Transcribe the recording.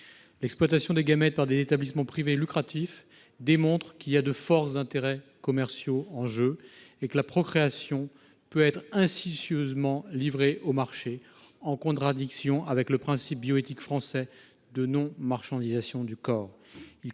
exploités par des établissements privés à but lucratif démontre que des intérêts commerciaux importants sont en jeu et que la procréation peut être insidieusement livrée au marché, en contradiction avec le principe bioéthique français de non-marchandisation du corps.